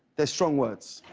they're strong words.